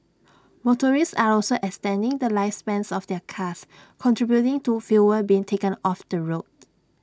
motorists are also extending the lifespans of their cars contributing to fewer being taken off the road